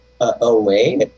away